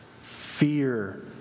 Fear